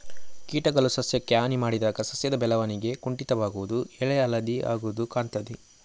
ಕೀಟಗಳು ಸಸ್ಯಕ್ಕೆ ಹಾನಿ ಮಾಡಿದಾಗ ಸಸ್ಯದ ಬೆಳವಣಿಗೆ ಕುಂಠಿತವಾಗುದು, ಎಲೆ ಹಳದಿ ಆಗುದು ಕಾಣ್ತದೆ